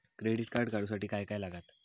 Credit card काढूसाठी काय काय लागत?